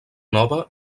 nova